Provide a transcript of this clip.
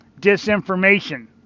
disinformation